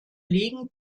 legen